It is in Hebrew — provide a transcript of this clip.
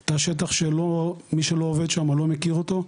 את השטח שלו מי שלא עובד שם לא מכיר אותו,